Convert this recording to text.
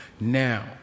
Now